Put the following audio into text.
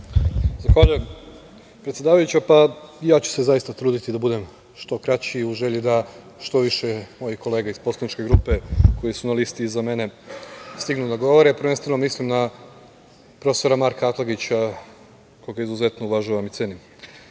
Zahvaljujem, predsedavajuća. Zaista ću se truditi da budem što kraći u želji da što više mojih kolega iz poslaničke grupe koji su na listi iza mene stignu da govore, prvenstveno mislim na prof. Marka Atlagića koga izuzetno uvažavam i cenim. Kada